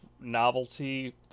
novelty